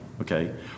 Okay